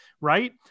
right